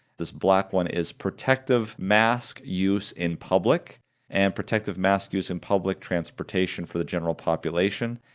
this black one is protective mask use in public and protective mask use in public transportation for the general population,